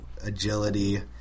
Agility